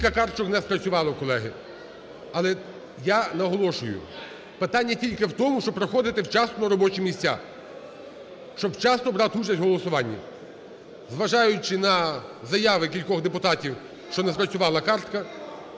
Кілька карток не спрацювало, колеги. Але я наголошую: питання тільки в тому, щоби приходити вчасно на робочі місця, щоб вчасно брати участь у голосуванні. Зважаючи на заяви кількох депутатів, що не спрацювала картка,